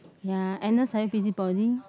ya Agnes are you busy body